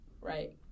right